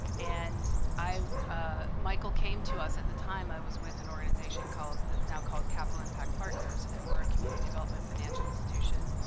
ah and i michael came to us at the time i was with an organization called that's now called capital impact partners, and we're a community development financial institution.